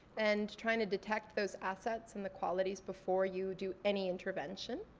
and trying to detect those assets and the qualities before you do any intervention.